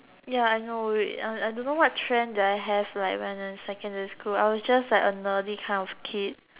ya I know wait I I don't know what trend did I have in secondary school I was just like a nerdy kind of kid